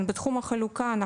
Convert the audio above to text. בתחום החלוקה,